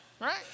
right